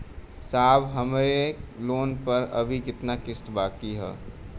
साहब हमरे लोन पर अभी कितना किस्त बाकी ह?